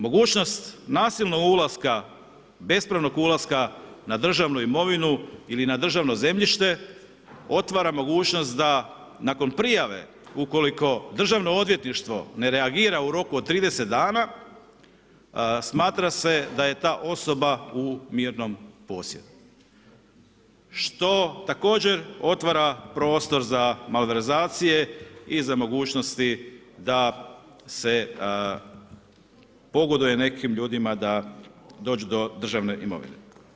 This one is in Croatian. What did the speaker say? Mogućnost nasilnog ulaska, bespravnog ulaska na državnu imovinu ili na državno zemljište otvara mogućnost da nakon prijave ukoliko Državno odvjetništvo ne reagira u roku od 30 dana smatra se da je ta osoba u mirnom posjedu, što također otvara prostor za malverzacije i za mogućnosti da se pogoduje nekim ljudima da dođu do državne imovine.